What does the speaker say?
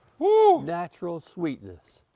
wow! natural sweetness.